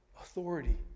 authority